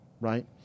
Right